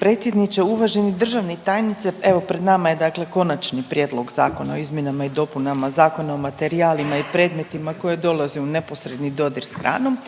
predsjedniče HS. Poštovani državni tajniče, evo pred nama je Konačni prijedlog zakona o izmjenama i dopunama Zakona o materijalima i predmetima koji dolaze u neposredan dodir s hranom.